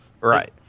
Right